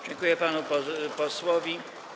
Dziękuję panu posłowi.